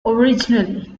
originally